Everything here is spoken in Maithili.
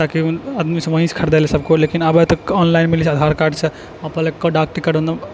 ओहिसँ खरीदै रहै सब केओ लेकिन आब ऑनलाइन मिलै छै आधार कार्डसँ पहिने डाक टिकट